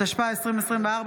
התשפ"ה 2024,